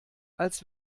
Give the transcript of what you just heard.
als